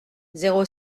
zéro